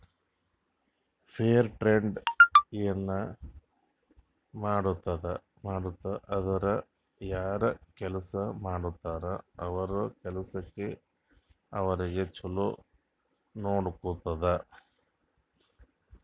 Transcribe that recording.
fair trade ಏನ್ ಮಾಡ್ತುದ್ ಅಂದುರ್ ಯಾರ್ ಕೆಲ್ಸಾ ಮಾಡ್ತಾರ ಅವ್ರ ಸಲ್ಯಾಕ್ ಅವ್ರಿಗ ಛಲೋ ನೊಡ್ಕೊತ್ತುದ್